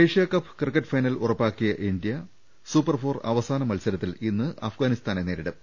Asia Cup cricket final ഉറപ്പാക്കിയ India super four അവസാന മത്സരത്തിൽ ഇന്ന് അഫ്ഗാനിസ്ഥാനെ നേരിടും